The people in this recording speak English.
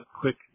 quick